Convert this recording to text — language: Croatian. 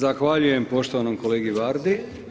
Zahvaljujem poštovanom kolegi Vardi.